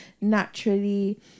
naturally